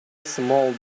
small